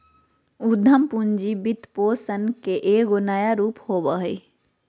उद्यम पूंजी वित्तपोषण के एगो नया रूप होबा हइ